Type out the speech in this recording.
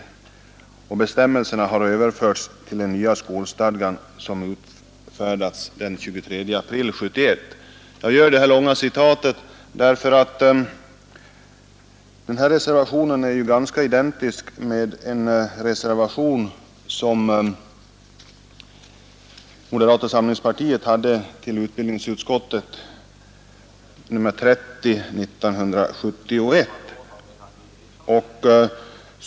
Bestämmelserna har överförts till den nya skolstadgan, som utfärdades den 23 april 1971 ———.” Jag gör detta långa citat därför att reservationen är ganska identisk med en reservation som moderata samlingspartiet fogade vid utbildningsutskottets betänkande nr 30 år 1971.